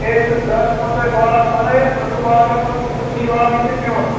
A ٹُہ زَڈ دِمو تۄہہِ باغ بَنٲیِتھ تۄہہِ چھُو باغَس منٛز کُرسی لاگٕنۍ تہِ بِہُن